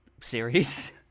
series